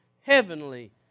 heavenly